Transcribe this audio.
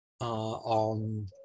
On